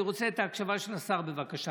אני רוצה את ההקשבה של השר, בבקשה.